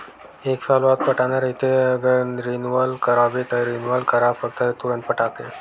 एक साल बाद पटाना रहिथे अगर रिनवल कराबे त रिनवल करा सकथस तुंरते पटाके